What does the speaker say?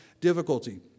difficulty